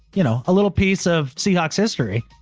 you know a little piece of seahawks history,